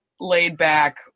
laid-back